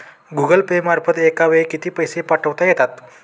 Google Pay मार्फत एका वेळी किती पैसे पाठवता येतात?